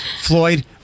Floyd